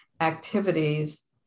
activities